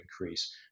increase